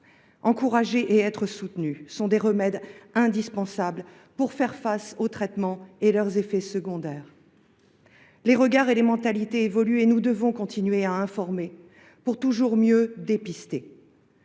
Encourager et être soutenue sont des remèdes indispensables pour faire face aux traitements et à leurs effets secondaires. Les regards et les mentalités évoluent et nous devons continuer à informer pour toujours mieux dépister.